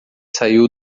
saiu